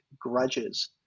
grudges